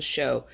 Show